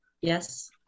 Yes